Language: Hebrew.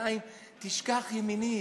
ירושלים תשכח ימיני".